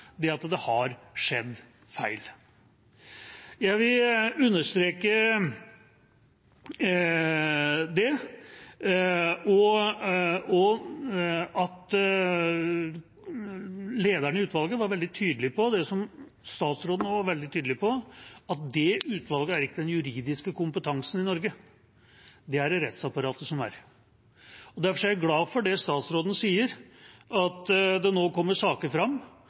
at det har skjedd feil. Jeg vil understreke det – og at lederen i utvalget var veldig tydelig på det som statsråden også var veldig tydelig på: Det utvalget er ikke er den juridiske kompetansen i Norge, det er det rettsapparatet som er. Derfor er jeg glad for det som statsråden sier, at det nå kommer fram saker